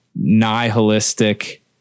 nihilistic